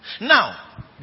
Now